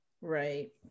Right